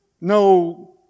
No